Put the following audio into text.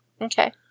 Okay